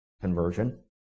conversion